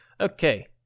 Okay